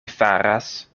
faras